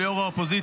של יו"ר האופוזיציה,